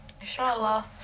Inshallah